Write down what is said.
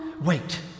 Wait